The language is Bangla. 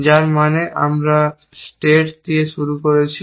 যার মানে আমরা স্টেট দিয়ে শুরু করছি